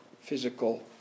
physical